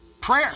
Prayer